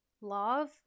love